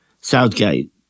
Southgate